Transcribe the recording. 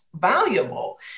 valuable